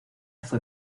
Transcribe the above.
fue